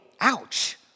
ouch